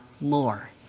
more